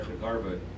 garbage